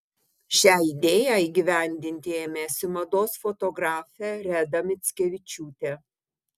šią idėją įgyvendinti ėmėsi mados fotografė reda mickevičiūtė